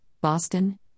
Boston